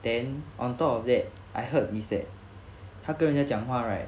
then on top of that I heard is that 他跟人家讲话 right